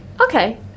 Okay